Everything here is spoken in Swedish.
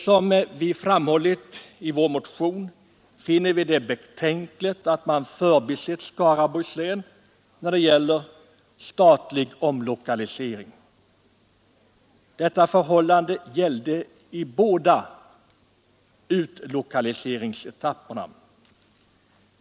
Som vi framhållit i vår motion finner vi det betänkligt att man förbisett Skaraborgs län i fråga om statlig omlokalisering. Detta förhållande gäller båda utlokaliseringsetapperna.